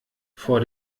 vor